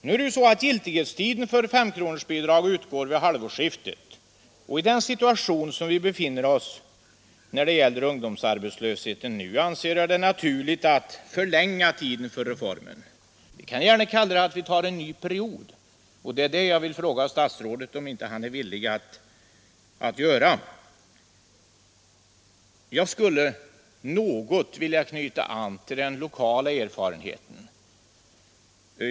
Nu är det så att giltighetstiden för femkronorsbidraget utgår vid halvårsskiftet, och i den situation vi nu befinner oss när det gäller ungdomsarbetslösheten anser jag det vara naturligt att förlänga tiden för reformen. Vi kan gärna kalla det för att vi tar en ny period. Jag vill fråga statsrådet om han inte är villig att göra det. Sedan vill jag också något knyta an till den lokala erfarenheten.